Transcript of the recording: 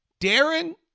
Darren